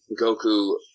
Goku